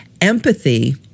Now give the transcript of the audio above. Empathy